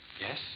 Yes